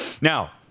Now